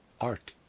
art